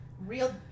real